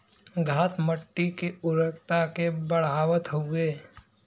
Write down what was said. घास मट्टी के उर्वरता के बढ़ावत हउवे